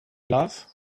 love